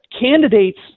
candidates